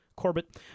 Corbett